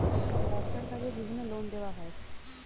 ব্যবসার কাজে বিভিন্ন লোন দেওয়া হয়